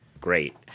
Great